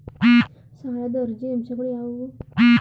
ಸಾಲದ ಅರ್ಜಿಯ ಅಂಶಗಳು ಯಾವುವು?